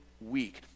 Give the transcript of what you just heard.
week